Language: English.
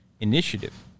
initiative